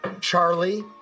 Charlie